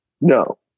No